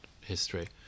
history